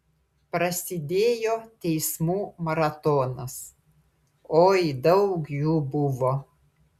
prasidėjo teismų maratonas oi daug jų buvo